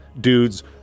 dudes